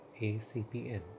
ACPN